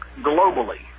globally